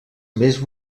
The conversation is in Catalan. més